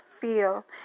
feel